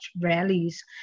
rallies